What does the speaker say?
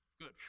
good